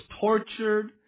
tortured